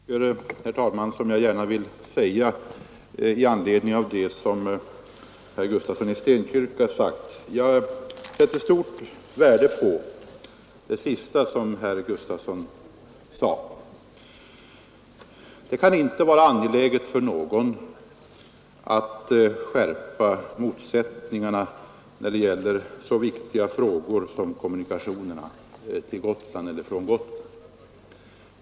Herr talman! Det är ett par saker som jag gärna vill säga i anledning av det som herr Gustafsson i Stenkyrka sagt. Jag sätter stort värde på det sista herr Gustafsson sade. Det kan inte vara angeläget för någon att skärpa motsättningarna när det gäller så viktiga frågor som kommunikationerna till och från Gotland.